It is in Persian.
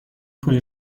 پول